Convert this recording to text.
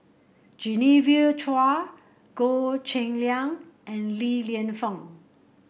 Genevieve Chua Goh Cheng Liang and Li Lienfung